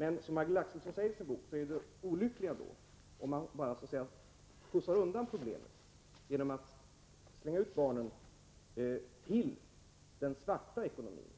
Men som Majgull Axelsson säger i sin bok är det olyckligt om man bara skjuter undan problemet genom att ”slänga ut” barnen till den svarta ekonomin,